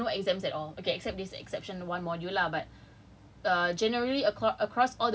orh okay at least for my faculty you have no exams at all except this exception one module lah but